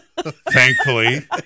thankfully